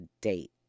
date